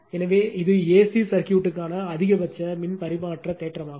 எனவே இது AC சர்க்யூட்க்கான அதிகபட்ச மின் பரிமாற்ற தேற்றமாகும்